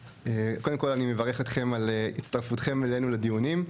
קודם כל אני מברך אתכם על הצטרפותכם אלינו לדיונים.